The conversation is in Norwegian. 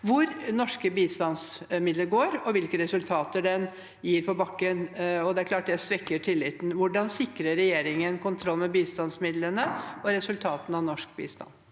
hvor norske bistandsmidler går, og hvilke resultater den gir på bakken. Det er klart at det svekker tilliten. Hvordan sikrer regjeringen kontroll med bistandsmidlene og resultatene av norsk bistand?